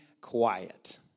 quiet